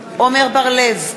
עמר בר-לב,